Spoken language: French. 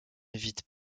vident